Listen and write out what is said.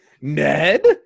Ned